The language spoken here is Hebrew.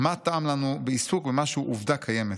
'מה טעם לנו בעיסוק במה שהוא עובדה קיימת'.